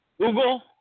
Google